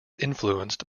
influenced